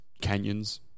canyons